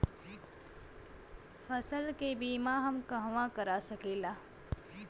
फसल के बिमा हम कहवा करा सकीला?